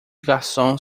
garçom